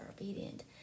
obedient